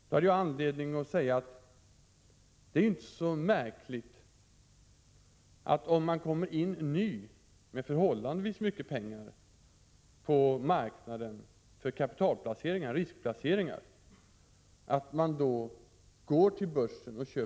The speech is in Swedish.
Jag hade då anledning att säga att det inte var så märkligt att den som kommer in ny på marknaden med förhållandevis mycket pengar för riskplaceringar köper aktier på börsen.